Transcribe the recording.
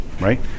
right